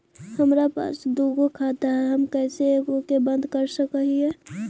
हमरा पास दु गो खाता हैं, हम कैसे एगो के बंद कर सक हिय?